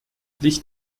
licht